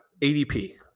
ADP